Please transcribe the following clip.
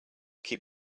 keep